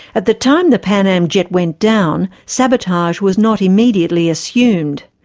at the time the pan am jet went down, sabotage was not immediately assumed.